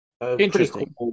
interesting